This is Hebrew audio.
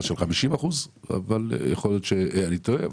של 50 אחוזים אבל יכול להיות שאני טועה.